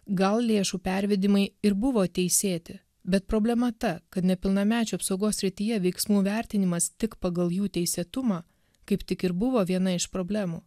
gal lėšų pervedimai ir buvo teisėti bet problema ta kad nepilnamečių apsaugos srityje veiksmų vertinimas tik pagal jų teisėtumą kaip tik ir buvo viena iš problemų